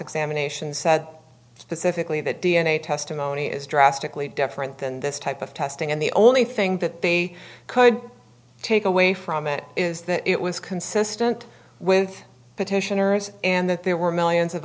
examination said specifically that d n a testimony is drastically different than this type of testing and the only thing that they could take away from it is that it was consistent with petitioners and that there were millions of